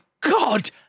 God